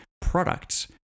products